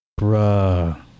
Bruh